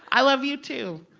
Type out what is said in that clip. i love you, too